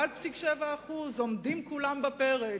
1.7%; עומדים כולם בפרץ,